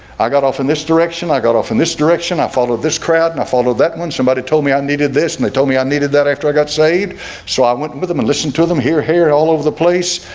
i got off in this direction i got off in this direction. i followed this crowd and i followed that one somebody told me i needed this and they told me i needed that after i got saved so i went with them and listened to them here hair all over the place,